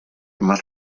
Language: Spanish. más